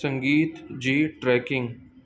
संगीत जी ट्रैकिंग